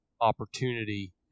opportunity